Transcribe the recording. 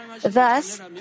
thus